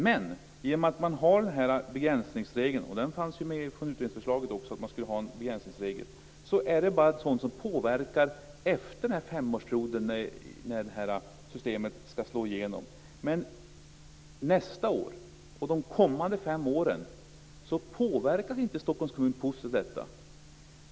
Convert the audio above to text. Men genom att man har begränsningsregeln - och den fanns med också i utredningsförslaget - är det bara sådant som påverkar efter femårsperioden då systemet skall slå igenom. Nästa år och de kommande fem åren påverkas inte Stockholms kommun positivt av detta.